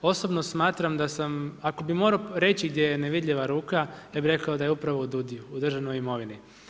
Osobno smatram, da sam, a ko bi morao reći gdje je nevidljiva ruka, ja bi rekao da je upravo u DUUDI-ju u državnoj imovini.